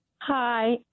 Hi